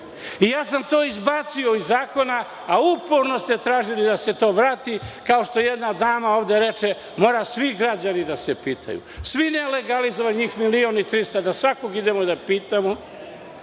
To sam izbacio iz zakona, a uporno ste tražili da se to vrati, kao što jedna dama ovde reče – mora svi građani da se pitaju. Svi nelegalizovani, njih milion i trista, da svakog idemo da pitamo